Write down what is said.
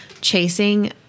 chasing